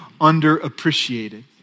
underappreciated